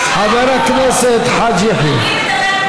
חבר הכנסת חאג' יחיא.